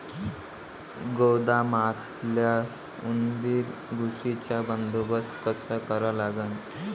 गोदामातल्या उंदीर, घुशीचा बंदोबस्त कसा करा लागन?